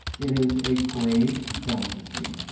it is a great delicacy.